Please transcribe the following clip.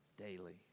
daily